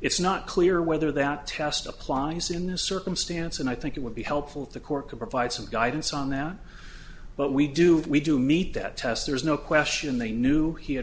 it's not clear whether that test applies in this circumstance and i think it would be helpful if the court could provide some guidance on that but we do have we do meet that test there's no question they knew he had